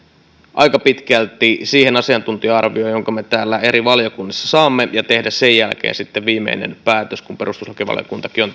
aika pitkälti siihen asiantuntija arvioon jonka me täällä eri valiokunnissa saamme ja tehdä sen jälkeen sitten viimeinen päätös kun perustuslakivaliokuntakin on